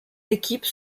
équipes